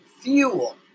fuel